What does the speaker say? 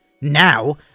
Now